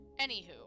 Anywho